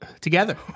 Together